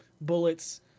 bullets